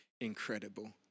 incredible